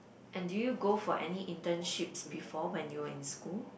and do you go for any internships before when you were in school